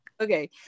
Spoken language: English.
Okay